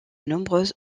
nombreuses